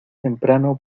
temprano